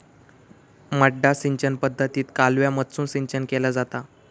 मड्डा सिंचन पद्धतीत कालव्यामधसून सिंचन केला जाता